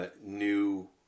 New